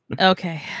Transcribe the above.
okay